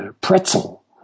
pretzel